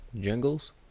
jingles